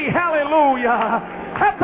hallelujah